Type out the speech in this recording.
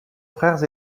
frères